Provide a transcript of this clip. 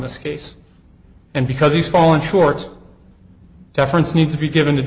this case and because he's fallen short deference needs to be given t